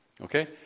okay